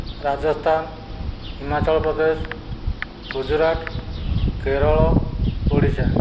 Rajasthan Himachal Pradesh Gujarat Kerala Odisha